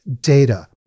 data